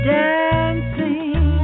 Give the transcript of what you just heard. dancing